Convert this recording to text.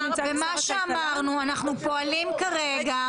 אני פותחת